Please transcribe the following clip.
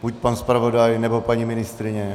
Buď pan zpravodaj, nebo paní ministryně.